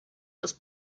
los